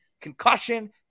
concussion